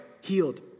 healed